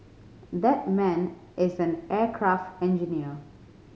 that man is an aircraft engineer